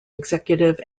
executive